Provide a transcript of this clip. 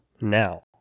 now